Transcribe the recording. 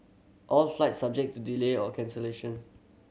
all flights subject to delay or cancellation